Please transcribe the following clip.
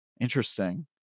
interesting